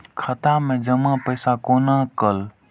खाता मैं जमा पैसा कोना कल